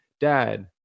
dad